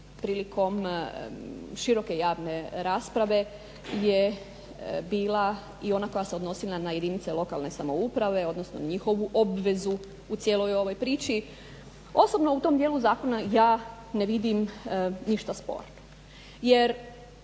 prilikom široke javne rasprave je bila i ona koja se odnosi na jedinice lokalne samouprave odnosno njihovu obvezu u cijeloj ovoj priči osobno u tom dijelu zakona. Ja ne vidim ništa sporno,